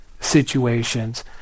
situations